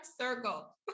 circle